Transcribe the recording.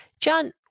John